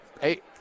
Hey